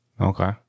okay